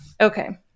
Okay